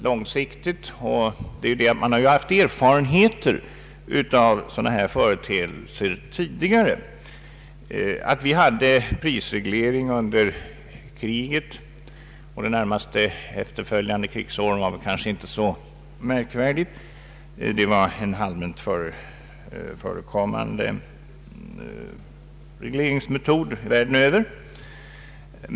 Man har haft erfarenheter av liknande företeelser tidigare. Att vi hade prisreglering under kriget och de närmast efterföljande krisåren var kanske inte så märkvärdigt. Det var en allmänt förekommande regleringsmetod världen över.